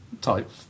type